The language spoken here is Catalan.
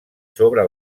sobre